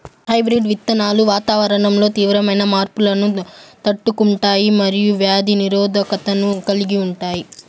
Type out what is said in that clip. hybrid విత్తనాలు వాతావరణంలో తీవ్రమైన మార్పులను తట్టుకుంటాయి మరియు వ్యాధి నిరోధకతను కలిగి ఉంటాయి